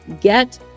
get